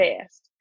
fast